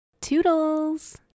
Toodles